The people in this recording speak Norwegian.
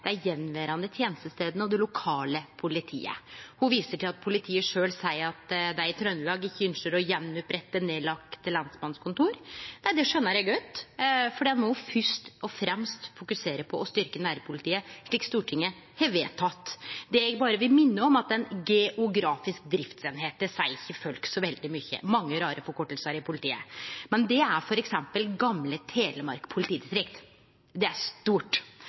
og det lokale politiet. Ho viser til at politiet sjølv seier at dei i Trøndelag ikkje ynskjer å gjenopprette nedlagde lensmannskontor. Det skjønar eg godt, for ein må fyrst og fremst fokusere på å styrkje nærpolitiet, slik Stortinget har vedteke. Det eg berre vil minne om, er at «geografisk driftseining» ikkje seier folk så veldig mykje. Det er mange rare forkortingar i politiet, men det er f.eks. gamle Telemark politidistrikt. Det er stort.